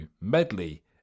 Medley